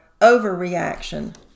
overreaction